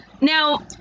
Now